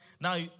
Now